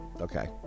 Okay